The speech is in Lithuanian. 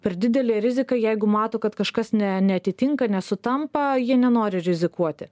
per didelė rizika jeigu mato kad kažkas ne neatitinka nesutampa jie nenori rizikuoti